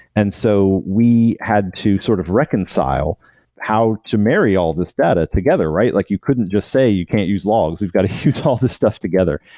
and so we had to sort of reconcile how to marry all this data together, right? like you couldn't just say you can't use logs. we've got to use all these stuff together.